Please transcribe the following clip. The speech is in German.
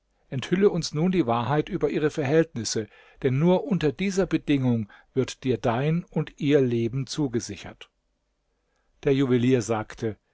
enthülle uns nun die wahrheit über ihre verhältnisse denn nur unter dieser bedingung wird dir dein und ihr leben zugesichert der juwelier sagte